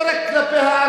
זה לא רק כלפי הערבים,